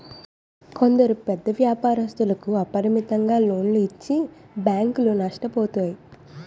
కొందరు పెద్ద వ్యాపారస్తులకు అపరిమితంగా లోన్లు ఇచ్చి బ్యాంకులు నష్టపోతాయి